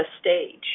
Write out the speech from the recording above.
stage